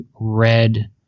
red